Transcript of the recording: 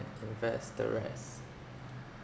invest the rest